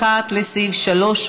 סעדי,